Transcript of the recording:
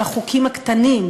של החוקים הקטנים,